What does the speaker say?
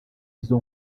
izo